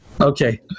okay